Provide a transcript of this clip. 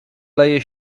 leje